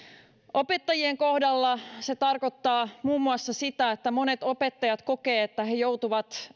opettajien kohdalla se tarkoittaa muun muassa sitä että monet opettajat kokevat että he joutuvat